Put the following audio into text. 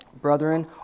brethren